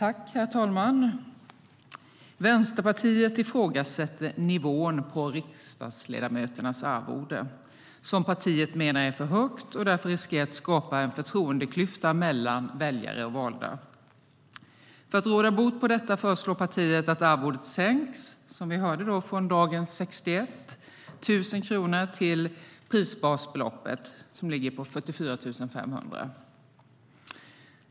Herr talman! Vänsterpartiet ifrågasätter nivån på riksdagsledamöternas arvode, som partiet menar är för högt och därför riskerar att skapa en förtroendeklyfta mellan väljare och valda. För att råda bot på detta föreslår partiet att arvodet sänks från dagens 61 000 kronor till prisbasbeloppet som ligger på 44 500.